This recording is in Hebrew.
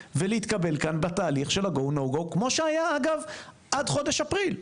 ולהתקבל כאן בתהליך של ה-,GO NO GO כמו שהיה עד חודש אפריל.